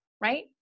right